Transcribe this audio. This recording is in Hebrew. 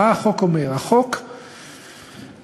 אז כמו שאמרתי, זה עובר כתוצאה, רוב הזמן מהסכמות